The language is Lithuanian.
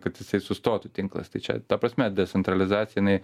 kad jisai sustotų tinklas tai čia ta prasme decentralizacija jinai